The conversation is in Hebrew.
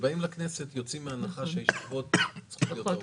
כשבאים לכנסת יוצאים מהנחה שהישיבות צריכות להיות ארוכות.